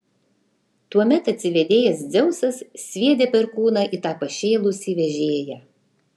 tuomet atsivėdėjęs dzeusas sviedė perkūną į tą pašėlusį vežėją